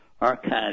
archives